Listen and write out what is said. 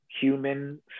human